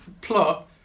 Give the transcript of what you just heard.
plot